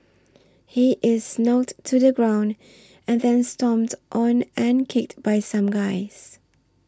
he is knocked to the ground and then stomped on and kicked by some guys